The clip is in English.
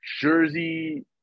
Jersey